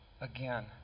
again